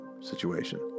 situation